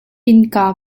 innka